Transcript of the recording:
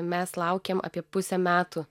mes laukėm apie pusę metų